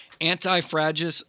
Anti-fragile